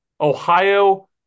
Ohio